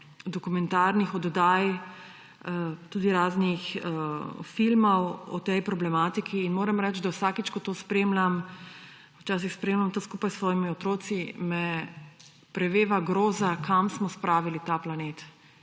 dokumentarnih oddaj, tudi raznih filmov o tej problematiki. Moram reči, da vsakič, ko to spremljam, včasih spremljam to skupaj s svojimi otroki, me preveva groza, kam smo spravili ta planet